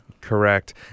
correct